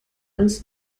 als